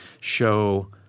show